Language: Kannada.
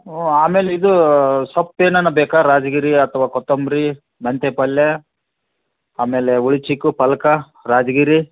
ಹ್ಞೂ ಆಮೇಲೆ ಇದು ಸೊಪ್ಪು ಏನಾರ ಬೇಕಾ ರಾಜಗಿರಿ ಅಥವಾ ಕೊತ್ತಂಬರಿ ಮೆಂತೆ ಪಲ್ಲೆ ಆಮೇಲೆ ಉಲ್ಚಿಕ್ಕು ಪಾಲಕ್ ರಾಜಗಿರಿ